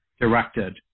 directed